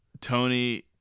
Tony